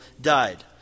died